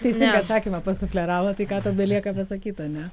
teisingą atsakymą pasufleravo tai ką tau belieka pasakyt ane